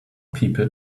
people